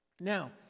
Now